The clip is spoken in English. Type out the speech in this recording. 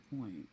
point